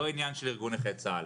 לא עניין של ארגון נכי צה"ל.